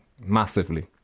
massively